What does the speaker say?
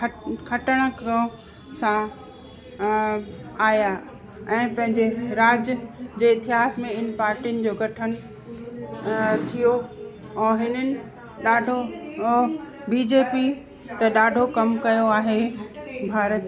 खट खटण खां सां आहियां ऐं पंहिंजे राज्य जे इतिहास में इन पार्टियुनि जो गठन थियो ऐं हिननि ॾाढो बी जे पी त ॾाढो कमु कयो आहे भारत